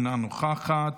אינה נוכחת,